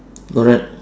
correct